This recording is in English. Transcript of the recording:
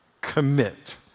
commit